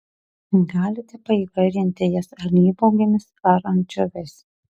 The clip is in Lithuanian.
galite paįvairinti jas alyvuogėmis ar ančiuviais